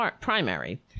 primary